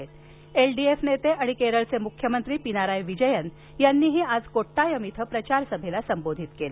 तसंच L D F नेते आणि केरळचे मुख्यमंत्री पिनाराय विजयन यांनीही आज कोट्टायम इथं प्रचार सभेला संबोधित केलं